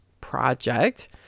project